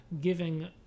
giving